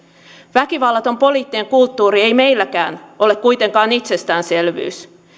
väkivallaton poliittinen kulttuuri ei meilläkään ole kuitenkaan itsestäänselvyys